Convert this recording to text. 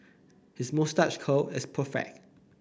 his moustache curl is perfect